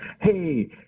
hey